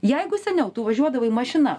jeigu seniau tu važiuodavai mašina